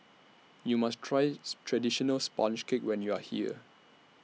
YOU must Try Traditional Sponge Cake when YOU Are here